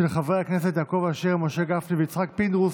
של חברי הכנסת יעקב אשר, משה גפני ויצחק פינדרוס,